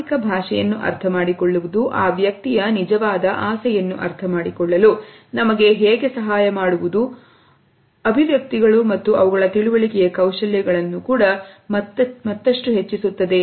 ಆಂಗಿಕ ಭಾಷೆಯನ್ನು ಅರ್ಥಮಾಡಿಕೊಳ್ಳುವುದು ಆ ವ್ಯಕ್ತಿಯ ನಿಜವಾದ ಆಸೆಯನ್ನು ಅರ್ಥಮಾಡಿಕೊಳ್ಳಲು ನಮಗೆ ಹೇಗೆ ಸಹಾಯ ಮಾಡುವುದು ಅಭಿವ್ಯಕ್ತಿಗಳು ಮತ್ತು ಅವುಗಳ ತಿಳುವಳಿಕೆ ಕೌಶಲ್ಯವನ್ನು ಮತ್ತಷ್ಟು ಹೆಚ್ಚಿಸುತ್ತವೆ